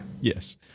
Yes